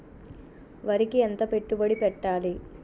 వరికి ఎంత పెట్టుబడి పెట్టాలి?